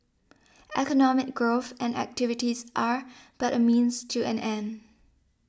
economic growth and activities are but a means to an end